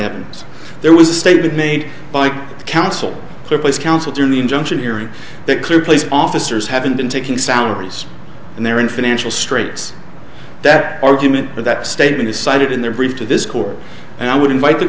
happens there was a statement made by the counsel clipless counsel during the injunction hearing that clear police officers haven't been taking salaries and they're in financial straits that argument but that statement is cited in their brief to this court and i would invite the